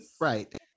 right